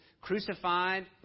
crucified